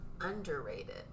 underrated